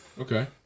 Okay